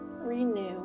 renew